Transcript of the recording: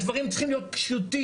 הדברים צריכים להיות פשוטים.